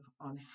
on